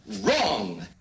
Wrong